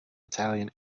italian